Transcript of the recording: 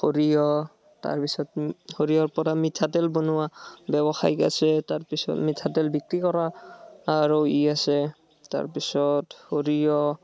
সৰিয়হ তাৰপাছত সৰিয়হৰ পৰা মিঠাতেল বনোৱা ব্যৱসায়িক আছে তাৰপাছত মিঠাতেল বিক্ৰী কৰা আৰু ই আছে তাৰপিছত সৰিয়হ